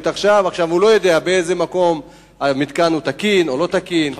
עכשיו הוא לא יודע באיזה מקום המתקן הוא תקין או לא תקין.